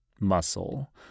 muscle